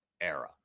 era